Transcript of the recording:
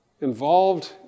involved